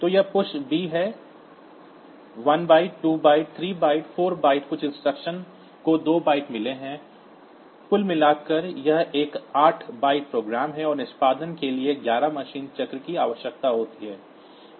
तो यह push b है 1 बाइट 2 बाइट 3 बाइट 4 बाइट कुछ इंस्ट्रक्शन को दो बाइट्स मिले हैं कुल मिलाकर यह एक 8 बाइट प्रोग्राम है और निष्पादन के लिए ग्यारह मशीन चक्र की आवश्यकता होती है